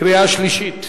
קריאה שלישית.